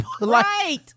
Right